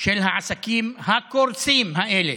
של העסקים הקורסים האלה.